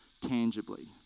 tangibly